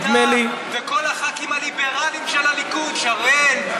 אתה וכל הח"כים הליברליים של הליכוד, שרן.